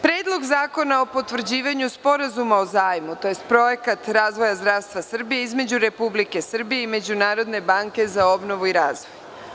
Predlog zakona o potvrđivanju Sporazuma o zajmu projekat razvoja zdravstva Srbije između Republike Srbije i Međunarodne banke za obnovu i razvoj.